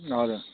हजुर